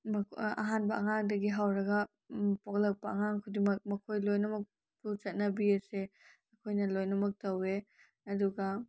ꯑꯍꯥꯟꯕ ꯑꯉꯥꯡꯗꯒꯤ ꯍꯧꯔꯒ ꯄꯣꯛꯂꯛꯄ ꯑꯉꯥꯡ ꯈꯨꯗꯤꯡꯃꯛ ꯃꯈꯣꯏ ꯂꯣꯏꯅꯃꯛꯄꯨ ꯆꯠꯅꯕꯤ ꯑꯁꯦ ꯑꯩꯈꯣꯏꯅ ꯂꯣꯏꯅꯃꯛ ꯇꯧꯑꯦ ꯑꯗꯨꯒ